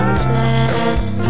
plan